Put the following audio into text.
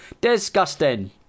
disgusting